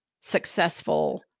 successful